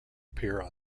appear